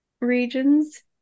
regions